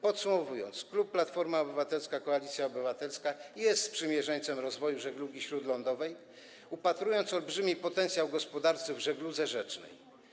Podsumowując, klub Platforma Obywatelska - Koalicja Obywatelska jest sprzymierzeńcem rozwoju żeglugi śródlądowej i upatruje olbrzymiego potencjału gospodarczego w żegludze rzecznej.